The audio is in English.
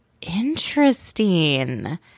Interesting